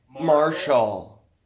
Marshall